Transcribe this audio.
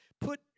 put